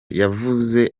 yavuze